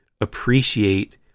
appreciate